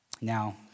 Now